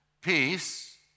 peace